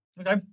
Okay